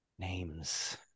Names